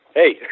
hey